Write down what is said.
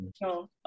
no